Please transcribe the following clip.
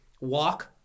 Walk